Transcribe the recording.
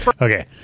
Okay